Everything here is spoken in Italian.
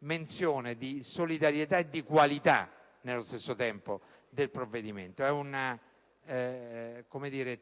menzione di solidarietà e di qualità nello stesso tempo, del provvedimento. È una